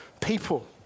people